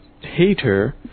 hater